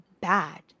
bad